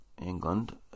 England